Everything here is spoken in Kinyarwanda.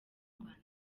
rwanda